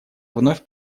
вновь